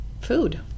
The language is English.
food